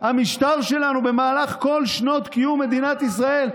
המשטר שלנו במהלך כל שנות קיום מדינת ישראל.